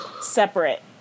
separate